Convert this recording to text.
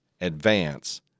advance